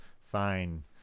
fine